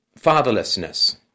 fatherlessness